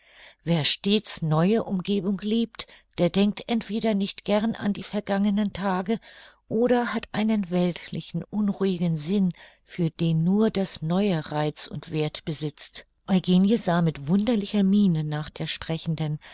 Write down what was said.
wer stets neue umgebung liebt der denkt entweder nicht gern an die vergangenen tage oder hat einen weltlichen unruhigen sinn für den nur das neue reiz und werth besitzt eugenie sah mit wunderlicher miene nach der sprechenden